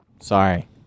Sorry